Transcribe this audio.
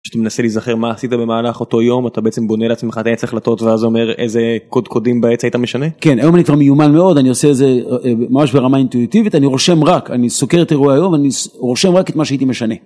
כשאתה מנסה להיזכר מה עשית במהלך אותו יום אתה בעצם בונה לעצמך את העץ החלטות ואז אומר איזה קודקודים בעץ היית משנה? כן, היום אני כבר מיומן מאוד, אני עושה את זה ממש ברמה אינטואיטיבית, אני רושם רק, אני סוקר את אירועי היום, אני רושם רק את מה שהייתי משנה.